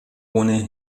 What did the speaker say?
ohne